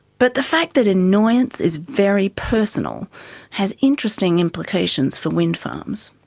but the fact that annoyance is very personal has interesting implications for windfarms.